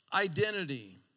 identity